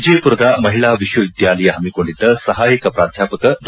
ವಿಜಯಪುರದ ಮಹಿಳಾ ವಿಶ್ವವಿದ್ಯಾಲಯ ಪಮಿಕೊಂಡಿದ್ದ ಸಹಾಯಕ ಪ್ರಾಧ್ಯಾಪಕ ಡಾ